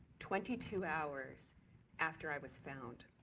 twenty two hours after i was found,